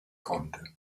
konnte